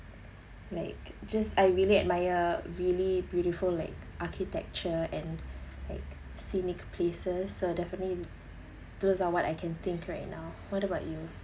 like just I really admire really beautiful like architecture and like scenic places so definitely those are what I can think right now what about you